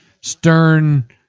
stern